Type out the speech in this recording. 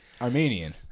Armenian